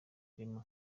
clement